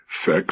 sex